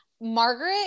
Margaret